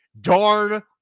Darn